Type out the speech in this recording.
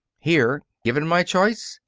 here, given my choice,